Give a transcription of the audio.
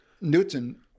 Newton